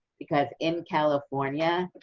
because in california,